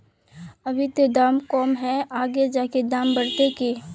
अभी ते दाम कम है आगे जाके दाम बढ़ते की?